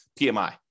PMI